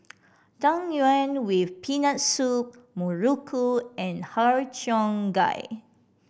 Tang Yuen with Peanut Soup muruku and Har Cheong Gai